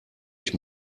ich